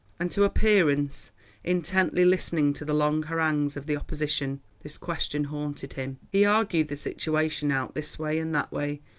and to appearance intently listening to the long harangues of the opposition, this question haunted him. he argued the situation out this way and that way,